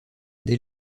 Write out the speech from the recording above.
dès